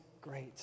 great